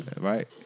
right